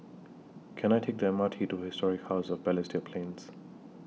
Can I Take The M R T to Historic House of Balestier Plains